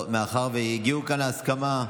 מאחר שהגיעו כאן להסכמה,